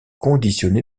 conditionnés